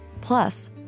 Plus